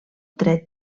tret